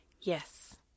Yes